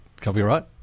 copyright